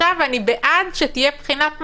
אני בעד שתהיה בחינת מעבר,